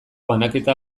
banaketa